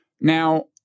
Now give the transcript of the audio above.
Now